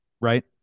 Right